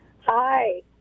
Hi